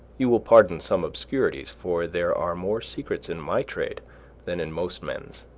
you will pardon some obscurities, for there are more secrets in my trade than in most men's,